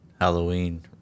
Halloween